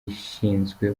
ishinzwe